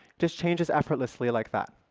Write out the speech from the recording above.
this changes effortlessly, like that.